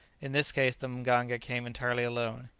in this case the mganga came entirely alone.